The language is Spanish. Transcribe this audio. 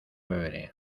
beberé